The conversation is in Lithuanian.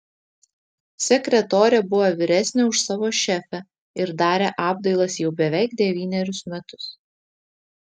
sekretorė buvo vyresnė už savo šefę ir darė apdailas jau beveik devynerius metus